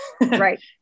right